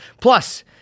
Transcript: Plus